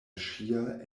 ŝia